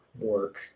work